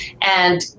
And-